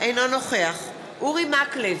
אינו נוכח אורי מקלב,